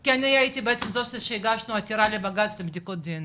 כי אני הייתי בעצם זאתי שהגישה עתירה לבג"ץ לבדיקות דנ”א,